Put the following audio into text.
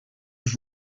have